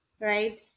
right